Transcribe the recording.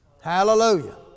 Hallelujah